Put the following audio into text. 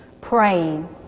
praying